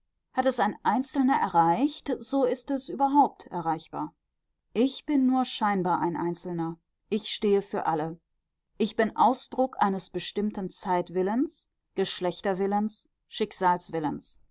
hat es ein einzelner erreicht so ist es überhaupt erreichbar ich bin nur scheinbar ein einzelner ich stehe für alle ich bin ausdruck eines bestimmten zeitwillens